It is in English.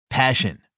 Passion